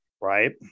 Right